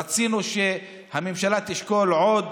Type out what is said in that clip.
רצינו שהממשלה תשקול עוד